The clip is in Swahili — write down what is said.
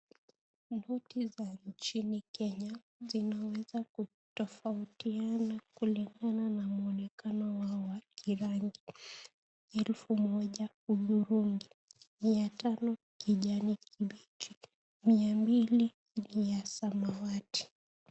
Noti za nchini Kenya zinaweza kutofautiana kulingana na muonekano wao wa kirangi elfu moja udhurungi, mia tano kijani kibichi, mia mbili rangi ya samawati.